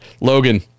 Logan